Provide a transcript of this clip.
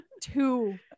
two